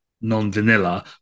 non-vanilla